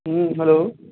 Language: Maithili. हँ हेलो